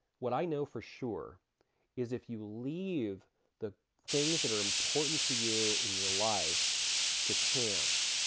what i know for sure is if you leave the things that are important to you in your life to chance,